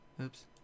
oops